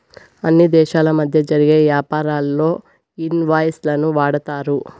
అన్ని దేశాల మధ్య జరిగే యాపారాల్లో ఇన్ వాయిస్ లను వాడతారు